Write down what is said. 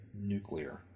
nuclear